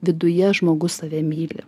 viduje žmogus save myli